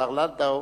השר לנדאו,